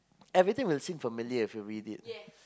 everything will seem familiar if you read it